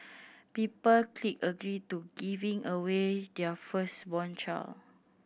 people clicked agree to giving away their firstborn child